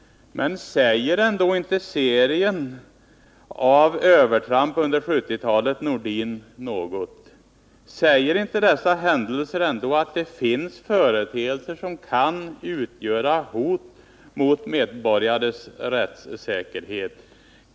Men säger ändå inte serien av övertramp under 1970-talet Sven-Erik Nordin något? Säger inte dessa händelser att det finns företeelser som kan utgöra hot mot medborgares rättssäkerhet?